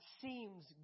seems